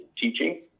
teaching